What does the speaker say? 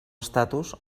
estatus